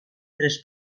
tres